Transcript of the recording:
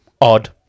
Odd